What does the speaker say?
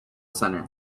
center